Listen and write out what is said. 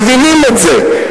מבינים את זה.